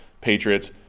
Patriots